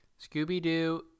Scooby-Doo